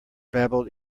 babbled